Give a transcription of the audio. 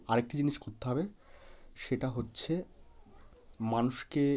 আরেকটি জিনিস করতে হবে সেটা হচ্ছে মানুষকে